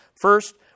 First